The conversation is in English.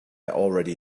already